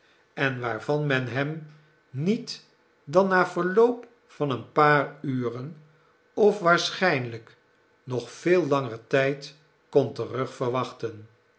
en waarvan men hem niet dan na verloop varj een paar uren of waarschijnlijk nog veel langer tijd kon terug